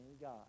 God